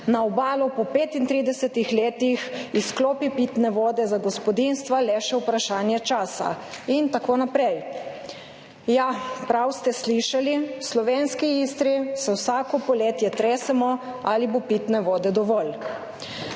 Na obalo po 35 letih izklopi pitne vode za gospodinjstva le še vprašanje časa in tako naprej. Ja, prav ste slišali, v Slovenski Istri se vsako poletje tresemo, ali bo dovolj